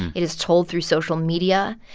it is told through social media.